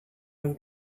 ohi